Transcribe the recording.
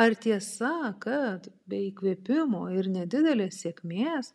ar tiesa kad be įkvėpimo ir nedidelės sėkmės